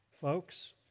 Folks